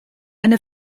eine